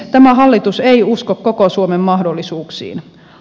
tämä hallitus ei usko koko suomen mahdollisuuksiin